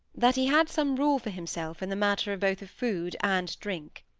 that he had some rule for himself in the matter both of food and drink.